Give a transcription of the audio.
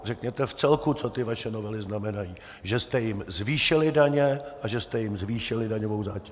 Řekněte v celku, co ty vaše novely znamenají, že jste jim zvýšili daně a že jste jim zvýšili daňovou zátěž.